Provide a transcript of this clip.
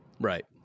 right